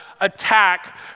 attack